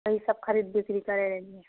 ईसब खरीद बिक्री करै रहिए